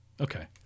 okay